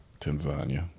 Tanzania